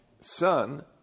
son